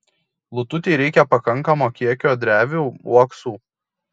lututei reikia pakankamo kiekio drevių uoksų